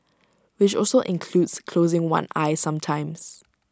which also includes closing one eye sometimes